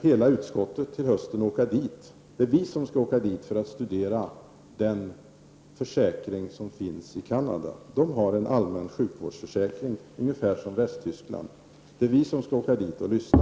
Hela utskottet skall åka dit till hösten för att studera den allmänna sjukvårdsförsäkring som man har där, ungefär som i Västtyskland. Det är vi som skall åka dit och lyssna.